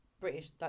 British